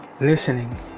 listening